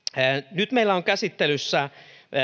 nyt meillä on käsittelyssä